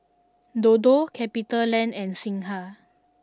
Dodo CapitaLand and Singha